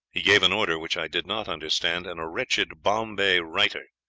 he gave an order which i did not understand, and a wretched bombay writer,